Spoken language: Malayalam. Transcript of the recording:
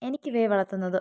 എനിക്കിവയെ വളർത്തുന്നത്